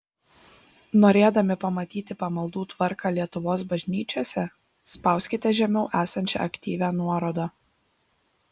norėdami pamatyti pamaldų tvarką lietuvos bažnyčiose spauskite žemiau esančią aktyvią nuorodą